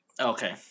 okay